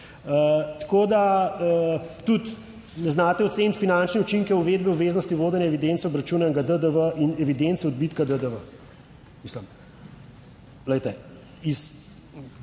Tudi ne znate oceniti finančne učinke uvedbe obveznosti vodenja evidenc obračunanega. DDV in evidence odbitka DDV. Mislim, glejte, iz